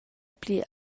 pli